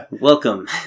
Welcome